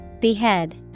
Behead